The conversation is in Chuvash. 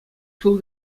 ҫул